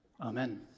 Amen